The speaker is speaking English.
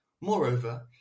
Moreover